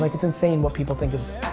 like it's insane what people think is